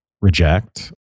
reject